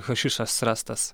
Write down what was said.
hašišas rastas